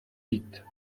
dit